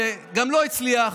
שגם לא הצליח.